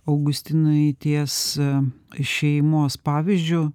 augustinai ties šeimos pavyzdžiu